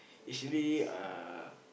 it's really a